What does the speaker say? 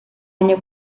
año